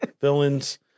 villains